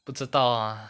不知道 ah